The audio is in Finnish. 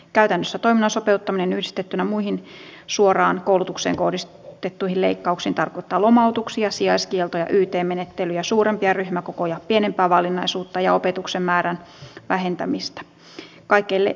käytännössä toiminnan sopeuttaminen yhdistettynä muihin suoraan koulutukseen kohdistettuihin leikkauksiin tarkoittaa lomautuksia sijaiskieltoja yt menettelyjä suurempia ryhmäkokoja pienempää valinnaisuutta ja opetuksen määrän vähentämistä